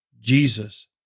Jesus